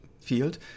field